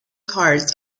carts